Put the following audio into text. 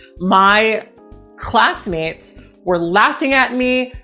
my classmates were laughing at me,